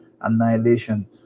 annihilation